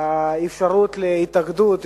האפשרות להתאגדות,